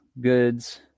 goods